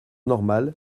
normales